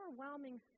overwhelming